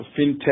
fintech